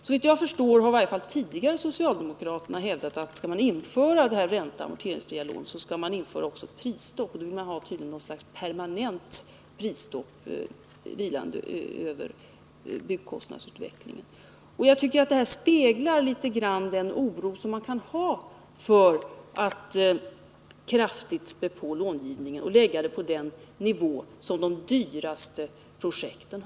Såvitt jag förstår har socialdemokraterna i varje fall tidigare hävdat att om man skall införa det här ränteoch amorteringsfria lånet så skall man införa också prisstopp, och då ville man tydligen också ha något slags permanent prisstopp vilande över byggkostnadsutvecklingen. Jag tycker att detta speglar den oro som finns när det gäller att kraftigt spä på långivningen och lägga den på den nivå som motsvaras av de dyraste projekten.